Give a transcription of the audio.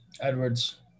Edwards